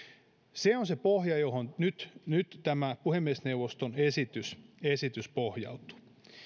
se on se pohja johon nyt nyt tämä puhemiesneuvoston esitys esitys pohjautuu